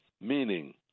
meaning